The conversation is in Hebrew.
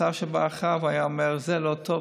השר שבא אחריו היה אומר: זה לא טוב,